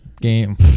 game